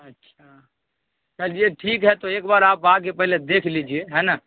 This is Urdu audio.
اچھا چلیے ٹھیک ہے تو ایک بار آپ آگے پہلے دیکھ لیجیے ہے نا